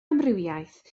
amrywiaeth